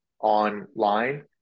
online